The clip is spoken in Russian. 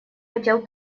хотел